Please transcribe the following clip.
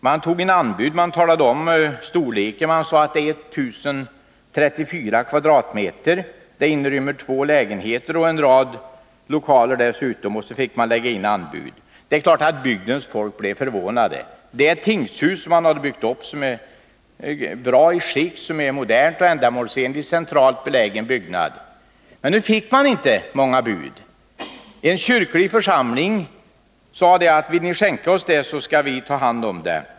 Det talades om att storleken var 1034 kvm, och det berättades att huset innehöll två lägenheter och en rad lokaler dessutom. Så uppmanades intresserade att komma in med anbud. Det är klart att människorna i bygden blev förvånade. Man hade byggt upp ett tingshus, som var i bra skick, modernt och ändamålsenligt. Det är en centralt belägen byggnad. Nu inkom det inte många anbud. En kyrklig församling sade att vill ni skänka oss huset skall vi ta hand om det.